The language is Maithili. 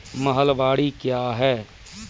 महलबाडी क्या हैं?